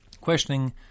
Questioning